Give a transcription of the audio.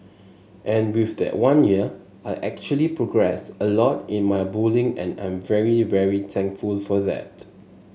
and with that one year I actually progressed a lot in my bowling and I'm very very thankful for that